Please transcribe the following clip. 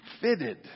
fitted